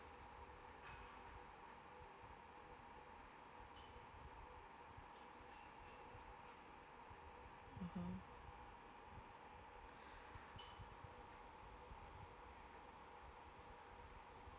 mmhmm